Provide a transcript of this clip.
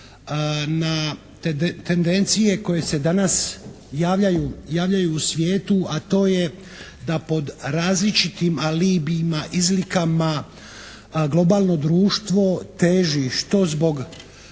na tendencije koje se danas javljaju u svijetu, a to je da pod različitim alibijima, izlikama, globalno društvo teži što zbog